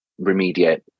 remediate